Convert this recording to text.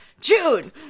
June